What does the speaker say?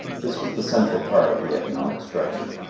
this was the central part of the economic structure.